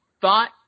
thought